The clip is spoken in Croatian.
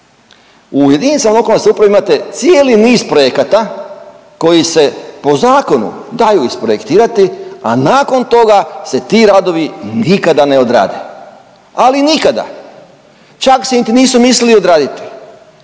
U jedinicama lokalne samouprave imate cijeli niz projekata koji se po zakonu daju isprojektirati, a nakon toga se ti radovi nikada ne odrade, ali nikada, čak se niti nisu mislili odraditi.